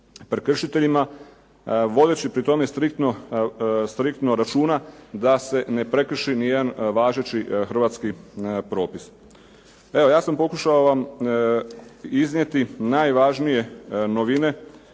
prekršiteljima vodeći pri tome striktno računa da se ne prekrši nijedan važeći hrvatski propis. Evo, ja sam pokušao vam iznijeti najvažnije novine